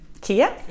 Kia